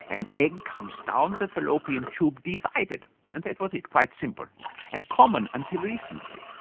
an egg comes down the fallopian tube divided and that was it quite simple and common until recently.